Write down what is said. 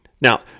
Now